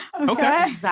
Okay